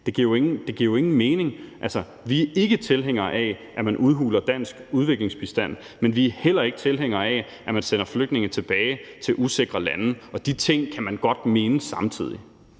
Det giver jo ingen mening. Altså, vi er ikke tilhængere af, at man udhuler dansk udviklingsbistand, men vi er heller ikke tilhængere af, at man sender flygtninge tilbage til usikre lande. Og de ting kan man godt mene samtidig.